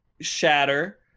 shatter